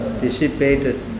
dissipated